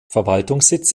verwaltungssitz